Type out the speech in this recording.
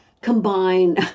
combine